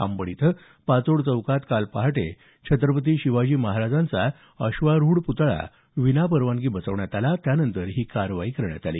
अंबड इथं पाचोड चौकात काल पहाटे छत्रपती शिवाजी महाराजांचा अश्वारूढ प्रतळा विनापरवानगी बसवण्यात आला त्यानंतर ही कारवाई करण्यात आली